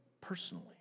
personally